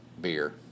beer